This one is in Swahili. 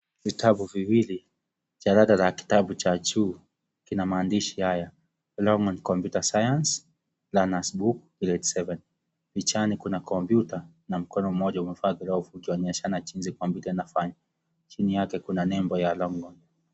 Vitabu viwili, Jalada la kitabu cha juu, kina maandishi haya Longhorn computer science, learners book grade 7 . Pichani kuna komputa na mkono mmoja umevalia glavu ukionyeshana jinsi komputa inafanya. Chini yake kuna nembo ya Longhorn.